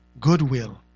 goodwill